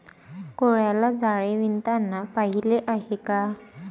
कोळ्याला जाळे विणताना पाहिले आहे का?